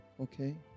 Okay